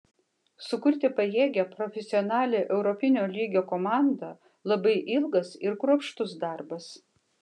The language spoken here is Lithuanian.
sukurti pajėgią profesionalią europinio lygio komandą labai ilgas ir kruopštus darbas